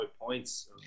points